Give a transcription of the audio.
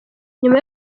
nyuma